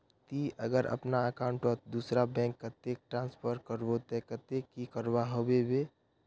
ती अगर अपना अकाउंट तोत दूसरा बैंक कतेक ट्रांसफर करबो ते कतेक की करवा होबे बे?